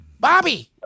Bobby